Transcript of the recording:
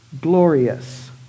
glorious